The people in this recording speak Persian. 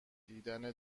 دیدن